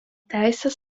teisės